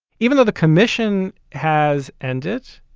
even though the commission has ended.